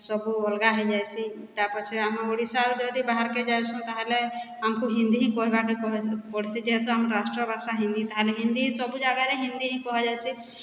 ସବୁ ଅଲ୍ଗା ହେଇ ଯାଏସି ତା ପଛେ ଆମ ଓଡ଼ିଶାରୁ ଯଦି ବାହାର୍କେ ଯାଏସୁଁ ତାହେଲେ ଆମ୍କୁ ହିନ୍ଦୀ ହିଁ କହେବାକେ ପଡ଼୍ସି ଯେହେତୁ ଆମ ରାଷ୍ଟ୍ର ଭାଷା ହିନ୍ଦୀ ତାହେଲେ ହିନ୍ଦୀ ସବୁ ଜାଗାରେ ହିନ୍ଦୀ ହିଁ କୁହାଯାଏସି